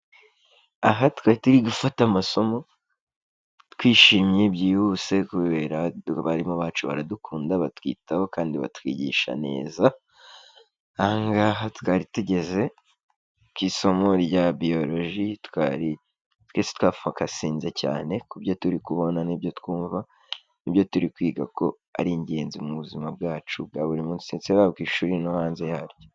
Aha twari turi gufata amasomo twishimye byihuse kubera abarimu bacu baradukunda batwitaho kandi batwigisha neza, aha ngaha twari ri tugeze ku isomo rya biology twari twese twafokasinze cyane kubyo turi kubona n'ibyo twumva, nibyo turi kwiga ko ari ingenzi mu buzima bwacu bwa buri munsi ndetse haba ku ishuri no hanze yaryo.